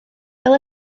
fel